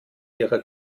ihrer